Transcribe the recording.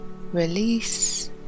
release